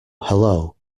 hello